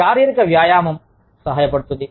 శారీరక వ్యాయామం సహాయపడుతుంది